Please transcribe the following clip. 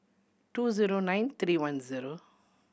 two zero nine three one zero